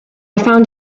found